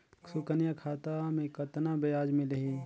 सुकन्या खाता मे कतना ब्याज मिलही?